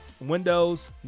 windows